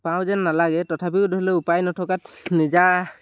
পাওঁ যেন নালাগে তথাপিও ধৰি লওক উপায় নথকাত নিজা